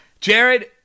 Jared